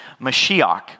Mashiach